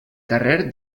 carrer